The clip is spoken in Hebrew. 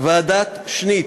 ועדת שניט,